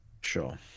Sure